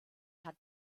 hat